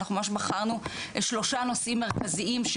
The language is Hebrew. אנחנו ממש בחרנו שלושה נושאים מרכזיים,